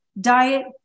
diet